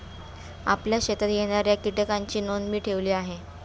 आपल्या शेतात येणाऱ्या कीटकांची नोंद मी ठेवली आहे